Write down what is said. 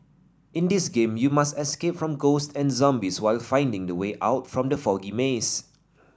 in this game you must escape from ghost and zombies while finding the way out from the foggy maze